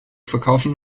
verkaufen